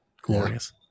Glorious